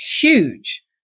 huge